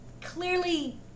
clearly